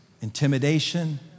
intimidation